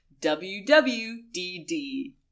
wwdd